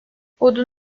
odun